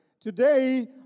today